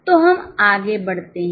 तो हम आगे बढ़ते हैं